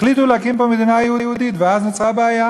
החליטו להקים פה מדינה יהודית, ואז נוצרה בעיה